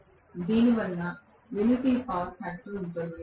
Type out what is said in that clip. దీనివల్ల నాకు unity power factor ఉంటుంది